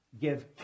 Give